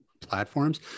platforms